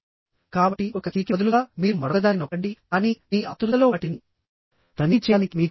కాబట్టి ఒక కీకి బదులుగా మీరు మరొకదాన్ని నొక్కండి కానీ మీ ఆతురుతలో వాటిని తనిఖీ చేయడానికి మీకు సమయం ఉండదు